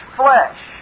flesh